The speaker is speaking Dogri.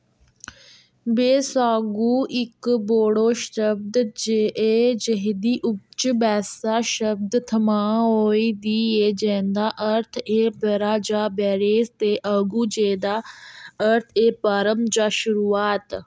बैसागु इक बोड़ो शब्द जे एह् जेह्दी उपज बैसा शब्द थमां होई दी ए जेहदा अर्थ ऐ ब'रा जां बरेस ते अगु जेह्दा अर्थ ऐ प्रारंभ जां शुरुआत